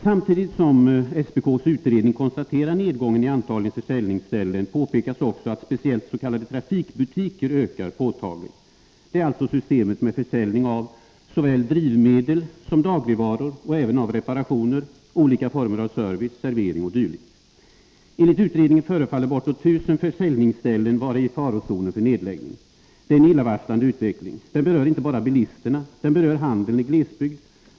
Samtidigt som SPK:s utredning konstaterar nedgången i antal försäljningsställen påpekas också att speciellt antalet s.k. trafikbutiker ökar påtagligt. Det är alltså systemet med försäljning av såväl drivmedel som dagligvaror och även reparationer, olika former av service, servering o. d. Enligt utredningen förefaller bortåt 1 000 försäljningsställen vara i farozonen för nedläggning. Det är en illavarslande utveckling. Den berör inte bara bilisterna — den berör handeln i glesbygd.